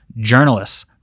journalists